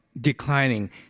declining